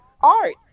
art